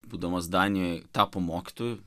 būdamas danijoj tapo mokytoju